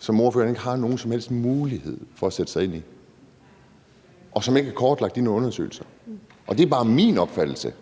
som ordføreren ikke har nogen som helst mulighed for at sætte sig ind i, og som ikke er kortlagt i nogen undersøgelser. Og det er bare min opfattelse.